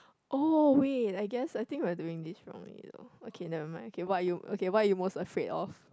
oh wait I guess I think I'm doing this wrongly you know okay never mind okay what are you okay what are you most afraid of